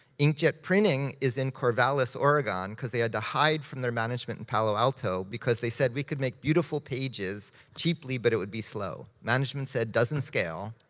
inkjet printing is in corvallis, oregon, cause they had to hide from their management in palo alto because they said we could make beautiful pages cheaply, but it would be slow. management said, doesn't scale.